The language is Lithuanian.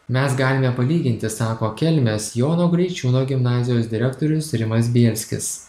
mes galime palyginti sako kelmės jono graičiūno gimnazijos direktorius rimas bielskis